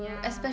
ya